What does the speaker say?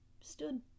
stood